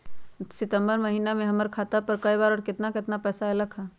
सितम्बर महीना में हमर खाता पर कय बार बार और केतना केतना पैसा अयलक ह?